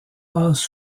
passe